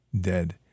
dead